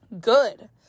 good